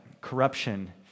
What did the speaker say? corruption